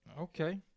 Okay